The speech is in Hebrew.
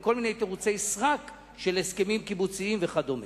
בכל מיני תירוצי סרק של הסכמים קיבוציים וכדומה.